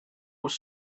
was